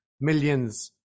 millions